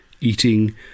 eating